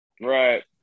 Right